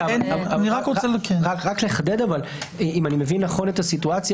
רק לחדד אבל אם אני מבין נכון את הסיטואציה,